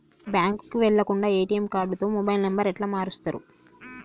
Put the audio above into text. బ్యాంకుకి వెళ్లకుండా ఎ.టి.ఎమ్ కార్డుతో మొబైల్ నంబర్ ఎట్ల మారుస్తరు?